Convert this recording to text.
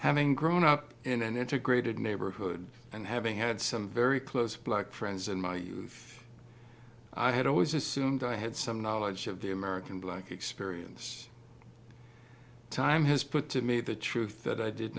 having grown up in an integrated neighborhood and having had some very close black friends in my youth i had always assumed i had some knowledge of the american black experience time has put to me the truth that i did